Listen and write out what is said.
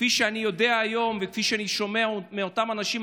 כפי שאני יודע היום וכפי שאני שומע מאותם אנשים,